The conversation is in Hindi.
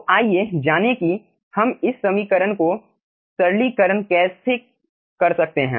तो आइए जानें कि हम इस समीकरण का सरलीकरण कैसे कर सकते हैं